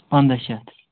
پنٛداہ شَتھ